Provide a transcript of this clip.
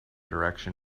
direction